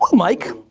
mike.